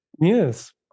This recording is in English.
Yes